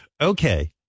Okay